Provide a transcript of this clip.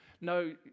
No